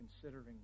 considering